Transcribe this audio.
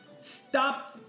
stop